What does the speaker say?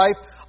life